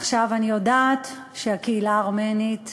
עכשיו, אני יודעת שהקהילה הארמנית